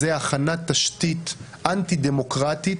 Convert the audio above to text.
זו הכנת תשתית אנטי-דמוקרטית,